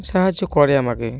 সাহায্য করে আমাকে